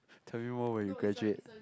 tell me more when you graduate